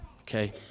okay